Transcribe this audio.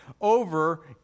over